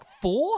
four